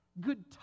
Good